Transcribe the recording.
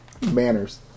manners